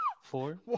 Four